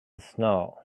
snow